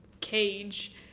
cage